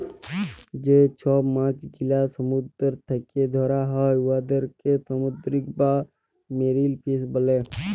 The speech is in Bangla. যে ছব মাছ গেলা সমুদ্দুর থ্যাকে ধ্যরা হ্যয় উয়াদেরকে সামুদ্দিরিক বা মেরিল ফিস ব্যলে